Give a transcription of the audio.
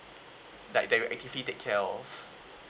like that you actively take care of